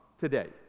today